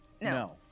No